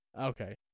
okay